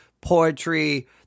poetry